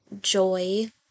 joy